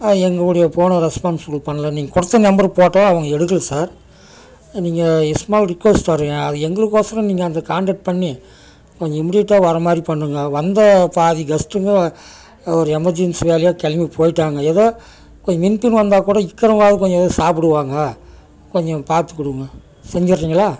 எங்கள் உடைய ஃபோனை ரெஸ்பான்சிபிள் பண்ணல நீங்கள் கொடுத்த நம்பருக்கு போட்டோம் அவங்க எடுக்கலை சார் நீங்கள் ஸ்மால் ரிக்குவஸ்ட் சார் அது எங்களுக்கோசரம் நீங்கள் அந்த கான்டெக்ட் பண்ணி கொஞ்சம் இமிடியட்டாக வர மாதிரி பண்ணுங்க வந்த பாதி கெஸ்ட்டுங்க ஒரு எமர்ஜென்சி வேலையாக கிளம்பி போயிட்டாங்க எதோ கொஞ்சம் மின் பின் வந்தால் கூட இருக்கறவங்களாவது கொஞ்சம் எதாவது சாப்பிடுவாங்க கொஞ்சம் பார்த்து கொடுங்க செஞ்சிடறீங்களா